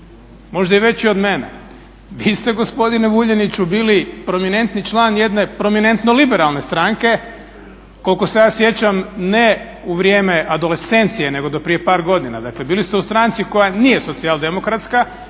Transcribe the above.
možda i veći od mene. Vi ste gospodine Vuljaniću bili prominentni član jedne prominentno liberalne stranke koliko se ja sjećam ne u vrijeme adolescencije nego do prije par godina, dakle bili ste u stranci koja nije socijaldemokratska